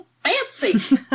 Fancy